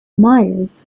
myers